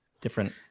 different